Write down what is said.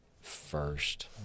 first